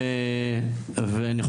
ובנוגע לתקצוב החניון של הקבר שדובר פה,